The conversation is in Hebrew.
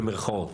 במירכאות.